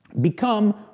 Become